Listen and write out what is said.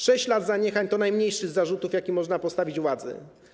6 lat zaniechań to najmniejszy z zarzutów, jaki można postawić władzy.